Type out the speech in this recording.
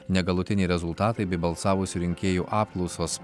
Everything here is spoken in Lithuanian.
negalutiniai rezultatai bei balsavusių rinkėjų apklausos